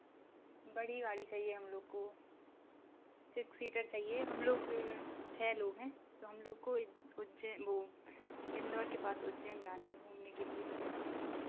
बड़ी गाड़ी चाहिए हम लोग को सिक्स सीटर चाहिए हम लोग छः लोग हैं तो हम लोग को उज्जै वो इंदौर के पास उज्जैन जाना है घूमने के लिए